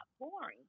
boring